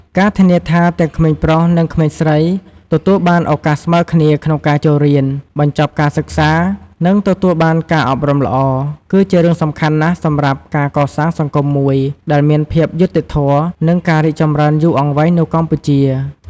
ការធានាថាទាំងក្មេងប្រុស និងក្មេងស្រីទទួលបានឱកាសស្មើគ្នាក្នុងការចូលរៀន បញ្ចប់ការសិក្សា និងទទួលបានការអប់រំល្អ គឺជារឿងសំខាន់ណាស់សម្រាប់ការកសាងសង្គមមួយដែលមានភាពយុត្តិធម៌ និងការរីកចម្រើនយូរអង្វែងនៅកម្ពុជា។